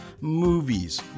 movies